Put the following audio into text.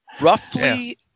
roughly